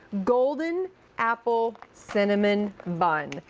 golden apple cinnamon bun.